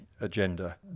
agenda